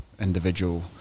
individual